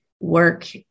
work